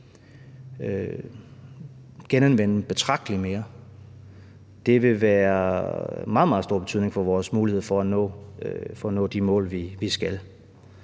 genanvende betragteligt mere. Det vil være af meget, meget stor betydning for vores mulighed for at nå de mål, vi skal.